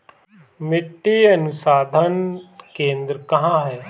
मिट्टी अनुसंधान केंद्र कहाँ है?